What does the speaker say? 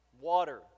water